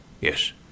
yes